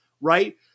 right